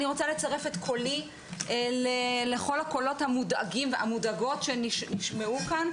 אני רוצה לצרף את קולי לכל הקולות המודאגים והמודאגות שנשמעו כאן,